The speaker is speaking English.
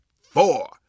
four